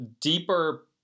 deeper